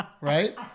Right